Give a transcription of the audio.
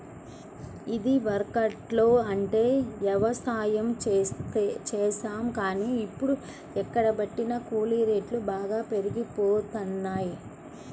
ఇదివరకట్లో అంటే యవసాయం చేశాం గానీ, ఇప్పుడు ఎక్కడబట్టినా కూలీ రేట్లు బాగా పెరిగిపోతన్నయ్